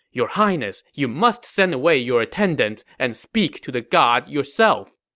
your highness, you must send away your attendants and speak to the god yourself.